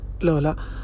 Lola